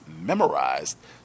memorized